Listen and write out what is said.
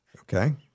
Okay